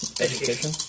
education